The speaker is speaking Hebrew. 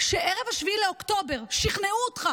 שערב 7 באוקטובר שכנעו אותך